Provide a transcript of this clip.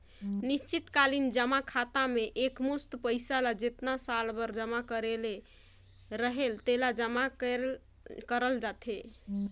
निस्चित कालीन जमा खाता में एकमुस्त पइसा ल जेतना साल बर जमा करे ले रहेल तेला जमा करल जाथे